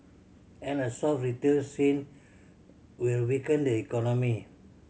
and a soft retail scene will weaken the economy